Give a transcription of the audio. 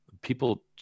people